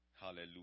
Hallelujah